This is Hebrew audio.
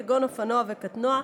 כגון אופנוע וקטנוע,